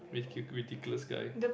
ridi~ ridiculous guy